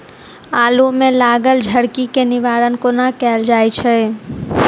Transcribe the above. आलु मे लागल झरकी केँ निवारण कोना कैल जाय छै?